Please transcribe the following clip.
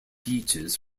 beaches